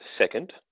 Second